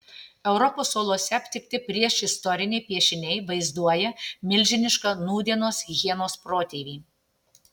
europos olose aptikti priešistoriniai piešiniai vaizduoja milžinišką nūdienos hienos protėvį